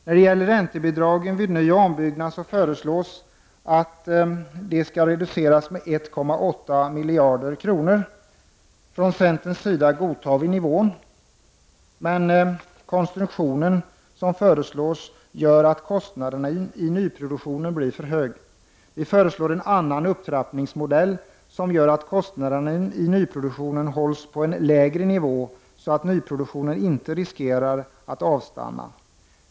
När det gäller räntebidragen vid nyoch ombyggnad föreslås att de skall reduceras med 1,8 miljarder kronor. Från centerns sida godtar vi nivån, men konstruktionen som föreslås gör att kostnaderna i nyproduktionen blir för höga. Vi föreslår en annan upptrappningsmodell som gör att kostnaderna i nyproduktionen hålls på en lägre nivå, så att nyproduktionen inte riskerar att avstanna.